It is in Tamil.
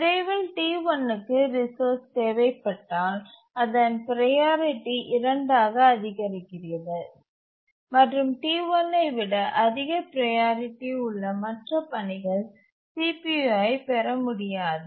விரைவில் T1க்கு ரிசோர்ஸ் தேவைப்பட்டால் அதன் ப்ரையாரிட்டி 2 ஆக அதிகரிக்கிறது மற்றும் T1 ஐ விட அதிக ப்ரையாரிட்டி உள்ள மற்ற பணிகள் CPU ஐப் பெற முடியாது